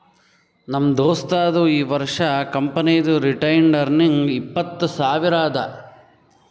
ನಮ್ ದೋಸ್ತದು ಈ ವರ್ಷ ಕಂಪನಿದು ರಿಟೈನ್ಡ್ ಅರ್ನಿಂಗ್ ಇಪ್ಪತ್ತು ಸಾವಿರ ಅದಾ